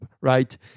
right